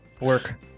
Work